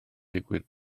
digwydd